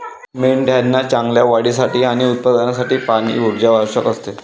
मेंढ्यांना चांगल्या वाढीसाठी आणि उत्पादनासाठी पाणी, ऊर्जा आवश्यक असते